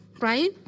right